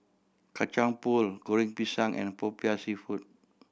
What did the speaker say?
Kacang Pool Goreng Pisang and Popiah Seafood